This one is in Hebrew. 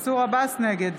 נגד